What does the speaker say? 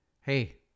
Hey